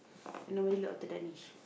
then nobody look after their niche